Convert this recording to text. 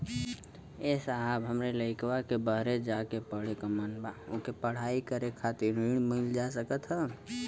ए साहब हमरे लईकवा के बहरे जाके पढ़े क मन बा ओके पढ़ाई करे खातिर ऋण मिल जा सकत ह?